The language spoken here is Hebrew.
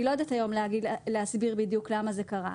אני לא יודעת היום להסביר בדיוק למה זה קרה.